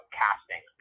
casting